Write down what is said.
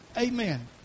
Amen